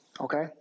Okay